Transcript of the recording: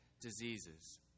diseases